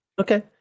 okay